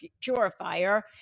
purifier